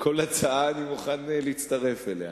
ולכן אני מוכן להצטרף לכל הצעה.